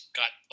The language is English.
got